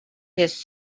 his